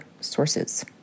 sources